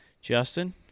Justin